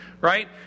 Right